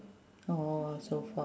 oh so far